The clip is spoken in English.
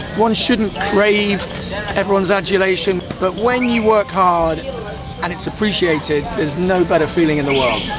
one shouldn't crave everyone's adulation but when you work hard and it's appreciated, there's no better feeling in the world.